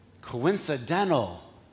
coincidental